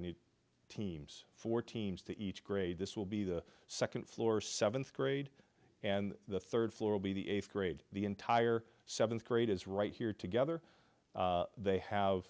need teams fourteen's to each grade this will be the second floor seventh grade and the third floor will be the eighth grade the entire seventh grade is right here together they have